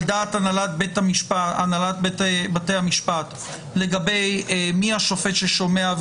דעת הנהלת בתי המשפט לגבי מי השופט ששומע,